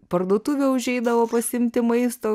parduotuvę užeidavo pasiimti maisto